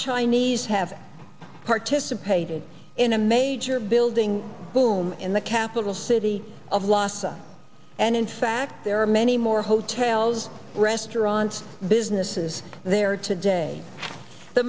chinese have participated in a major building boom in the capital city of losses and in fact there are many more hotels restaurants businesses there today the